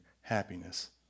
happiness